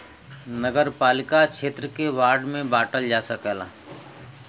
नगरपालिका क्षेत्र के वार्ड में बांटल जा सकला